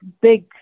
big